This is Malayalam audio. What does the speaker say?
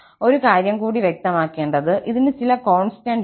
ഒരു കാര്യം കൂടി വ്യക്തമാക്കേണ്ടത് ഇതിന് ചില കോൺസ്റ്റന്റ് ഉണ്ട്